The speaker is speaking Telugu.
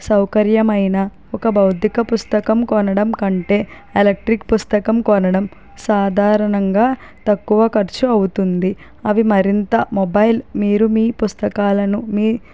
సౌకర్యమైన ఒక భౌతిక పుస్తకం కొనడం కంటే ఎలక్ట్రిక్ పుస్తకం కొనడం సాధారణంగా తక్కువ ఖర్చు అవుతుంది అవి మరింత మొబైల్ మీరు మీ పుస్తకాలను మీ